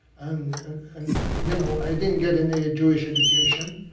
and and and you know i didn't get any jewish education.